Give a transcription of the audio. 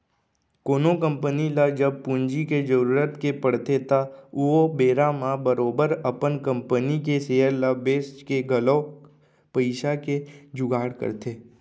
कोनो कंपनी ल जब पूंजी के जरुरत के पड़थे त ओ बेरा म बरोबर अपन कंपनी के सेयर ल बेंच के घलौक पइसा के जुगाड़ करथे